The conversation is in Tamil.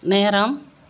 நேரம்